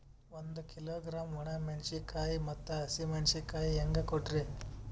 ಒಂದ ಕಿಲೋಗ್ರಾಂ, ಒಣ ಮೇಣಶೀಕಾಯಿ ಮತ್ತ ಹಸಿ ಮೇಣಶೀಕಾಯಿ ಹೆಂಗ ಕೊಟ್ರಿ?